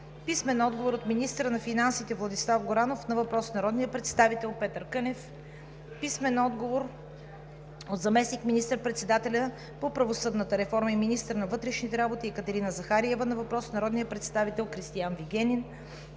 Йорданов; - от министъра на финансите Владислав Горанов на въпрос от народния представител Петър Кънев; - от заместник министър-председателя по правосъдната реформа и министър на вътрешните работи Екатерина Захариева на въпрос от народния представител Кристиан Вигенин;